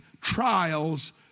trials